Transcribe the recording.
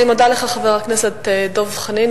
אני מודה לך, חבר הכנסת דב חנין.